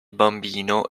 bambino